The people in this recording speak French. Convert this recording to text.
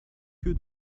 que